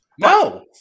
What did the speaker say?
No